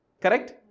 Correct